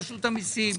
רשות המיסים,